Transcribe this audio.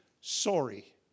sorry